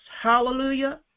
Hallelujah